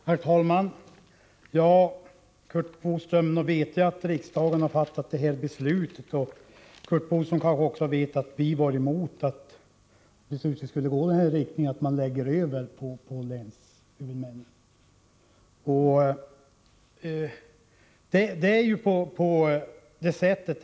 Herr talman! Nog vet jag, Curt Boström, att riksdagen har fattat detta beslut, och Curt Boström vet kanske också att vi var emot att beslutet skulle gåi den riktningen att trafiken lades över på länshuvudmännen.